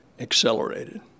accelerated